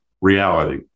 reality